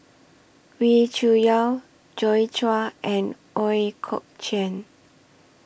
Wee Cho Yaw Joi Chua and Ooi Kok Chuen